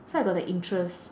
so I got the interest